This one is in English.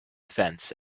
fence